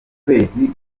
kwezi